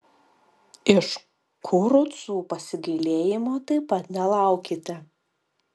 iš kurucų pasigailėjimo taip pat nelaukite